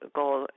goal